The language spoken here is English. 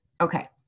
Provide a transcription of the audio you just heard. Okay